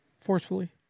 forcefully